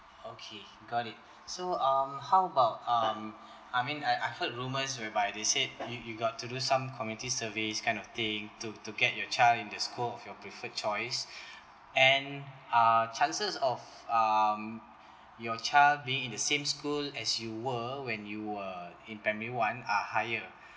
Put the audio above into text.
okay got it so um how about um I mean I I heard rumours whereby they said you you got to do some community service kind of thing to to get you child into school of your preferred choice and uh chances of um your child being in the same school as you were when you were in primary one are higher